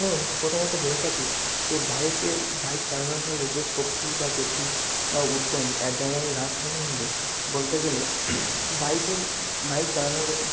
এবং প্রথমত বলে থাকি যে বাইকে বাইক চালানোর ফলে যে শক্তি বা বুদ্ধি বা উদ্যম অ্যাড্রেনালিন রাশ সম্বন্ধে বলতে গেলে বাইকের বাইক চালানোর কত